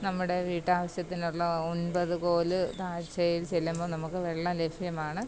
നമ്മുടെ വീട്ടാവശ്യത്തിനുള്ള ഒന്പത് കോല് താഴ്ച്ചയില് ചെല്ലുമ്പം നമുക്ക് വെള്ളം ലഭ്യമാണ്